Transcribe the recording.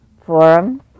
Forum